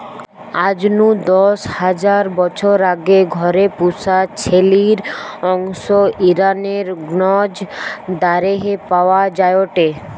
আজ নু দশ হাজার বছর আগে ঘরে পুশা ছেলির অংশ ইরানের গ্নজ দারেহে পাওয়া যায়টে